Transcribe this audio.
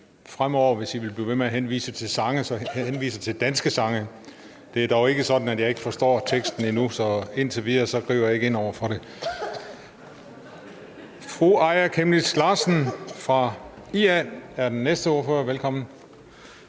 fremover, hvis I vil blive ved med at henvise til sange, så henviser til danske sange. Det er dog ikke sådan, at jeg ikke forstår teksten, så indtil videre griber jeg ikke ind over for det. Fru Aaja Chemnitz Larsen fra IA er den næste ordfører. Velkommen.